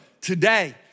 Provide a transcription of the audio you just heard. today